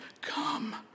come